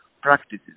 practices